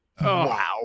wow